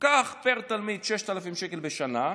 קח פר תלמיד 6,000 שקל בשנה,